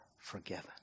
forgiven